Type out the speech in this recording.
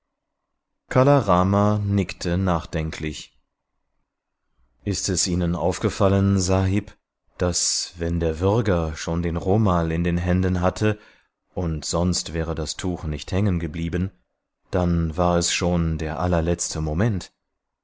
kala rama nickte nachdenklich ist es ihnen aufgefallen sahib daß wenn der würger schon den romal in den händen hatte und sonst wäre das tuch nicht hängen geblieben dann war es schon der allerletzte moment